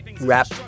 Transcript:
rap